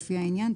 לפי העניין,